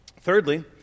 Thirdly